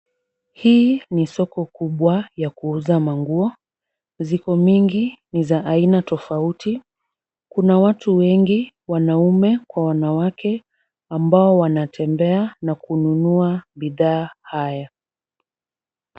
Hii ni soko kubwa ya kuuza manguo. Ziko mingi. Ni za aina tofauti. Kuna watu wengi wanaume kwa wanawake ambao wanatembea na kununua bidhaa haya.